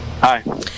Hi